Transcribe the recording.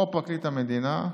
או פרקליט המדינה,